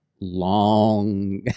long